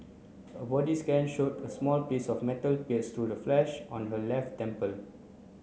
a body scan showed a small piece of metal pierced through the flesh on her left temple